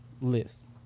list